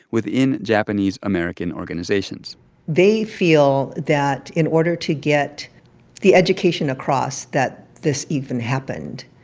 within japanese american organizations they feel that in order to get the education across that this even happened,